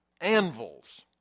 anvils